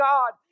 God